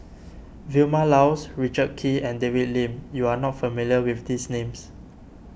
Vilma Laus Richard Kee and David Lim you are not familiar with these names